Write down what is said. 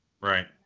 Right